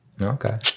Okay